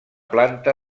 planta